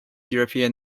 european